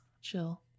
chill